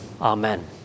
Amen